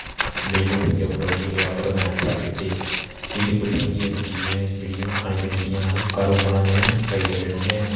नेई बनी सकेआ पुरा इयै जेहा पर में ट्राई किती बडी सारी ऐसी चीजां ना खाने पिने आहलियां घार ओह् बनांदे ट्राई करदे रौहने हा